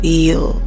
Feel